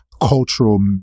cultural